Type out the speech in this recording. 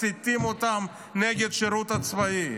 מסיתים אותם נגד השירות הצבאי.